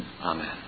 Amen